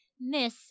Miss